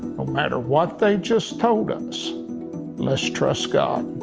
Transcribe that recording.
no matter what they just told us let's trust god.